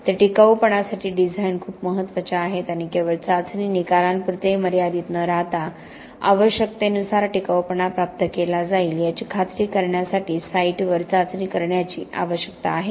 ते टिकाऊपणासाठी डिझाइन खूप महत्वाचे आहेत आणि केवळ चाचणी निकालांपुरते मर्यादित न राहता आवश्यकतेनुसार टिकाऊपणा प्राप्त केला जाईल याची खात्री करण्यासाठी साइटवर चाचणी करण्याची आवश्यकता आहे